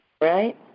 Right